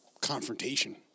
confrontation